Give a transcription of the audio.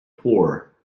poor